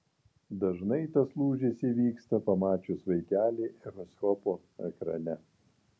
dažnai tas lūžis įvyksta pamačius vaikelį echoskopo ekrane